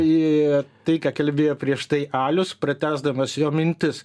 į tai ką kalbėjo prieš tai alius pratęsdamas jo mintis